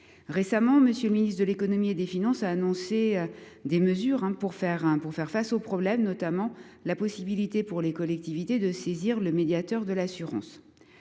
Récemment, M. le ministre de l’économie et des finances a annoncé des mesures pour faire face au problème, notamment la possibilité pour les collectivités de saisir le médiateur de l’assurance.